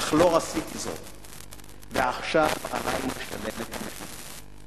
אך לא עשיתי זאת, ועכשיו עלי לשלם את המחיר.